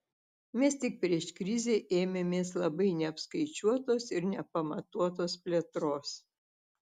mes tik prieš krizę ėmėmės labai neapskaičiuotos ir nepamatuotos plėtros